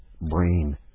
brain